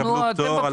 פטור.